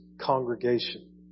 congregation